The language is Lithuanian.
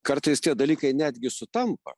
kartais tie dalykai netgi sutampa